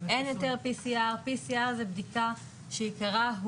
אין יותר PCR. זו בדיקה יקרה.